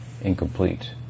incomplete